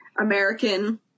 American